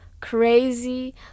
crazy